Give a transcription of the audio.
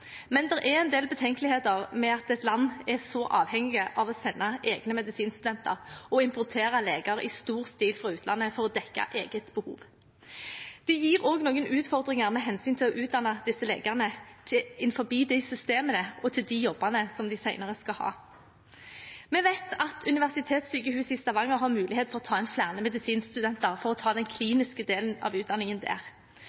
men det er en del betenkeligheter med at et land er så avhengig av å sende egne medisinstudenter og importere leger i stor stil fra utlandet for å dekke eget behov. Det gir også noen utfordringer med hensyn til å utdanne disse legene innenfor de systemene og til de jobbene de senere skal ha. Vi vet at Stavanger universitetssykehus har mulighet for å ta inn flere medisinstudenter for å ta den